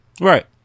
right